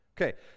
Okay